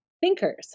thinkers